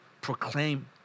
proclaim